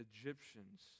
Egyptians